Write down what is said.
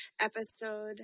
episode